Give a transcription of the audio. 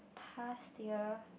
past year